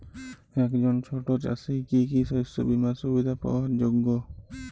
একজন ছোট চাষি কি কি শস্য বিমার সুবিধা পাওয়ার যোগ্য?